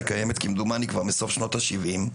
היא קיימת כמדומני כבר מסוף שנות ה-70,